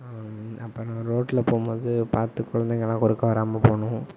அப்புறம் ரோட்டில் போகும் போது பார்த்து குழந்தைங்களாம் குறுக்க வராமல் போகணும்